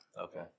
Okay